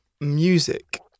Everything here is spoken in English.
music